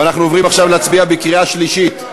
ואנחנו עוברים עכשיו להצביע בקריאה שלישית.